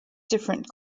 different